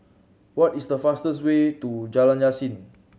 what is the fastest way to Jalan Yasin